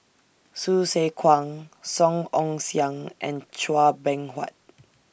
Hsu Tse Kwang Song Ong Siang and Chua Beng Huat